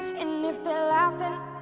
and if they laugh? then